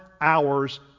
hours